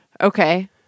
Okay